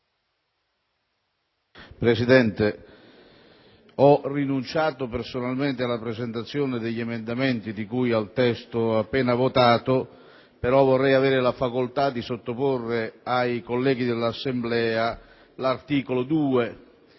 Presidente, ho rinunciato personalmente alla presentazione degli emendamenti di cui al testo appena votato, ma vorrei avere la facoltà di sottoporre ai colleghi dell'Assemblea i vari